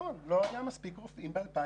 לגבי ציוד רפואי והתניות אדוני,